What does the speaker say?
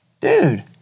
dude